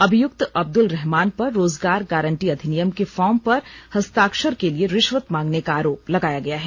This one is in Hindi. अभियुक्त अब्दुल रहमान पर रोजगार गारंटी अधिनियम के फॉर्म पर हस्ताक्षर के लिए रिश्वत मांगने का आरोप लगया गया है